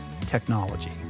technology